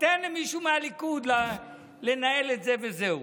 תיתן למישהו מהליכוד לנהל את זה וזהו.